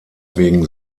wegen